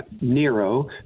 nero